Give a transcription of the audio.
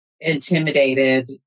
intimidated